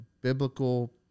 biblical